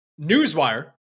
newswire